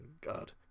God